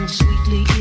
sweetly